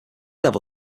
level